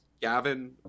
Gavin